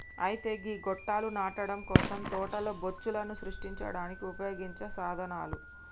అయితే గీ గొట్టాలు నాటడం కోసం తోటలో బొచ్చులను సృష్టించడానికి ఉపయోగించే సాధనాలు